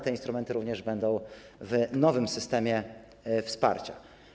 Te instrumenty również będą w nowym systemie wsparcia.